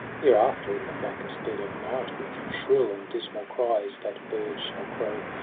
hereafter, in the blackest dead of night, with shrill and dismal cries that bird shall crow,